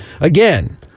Again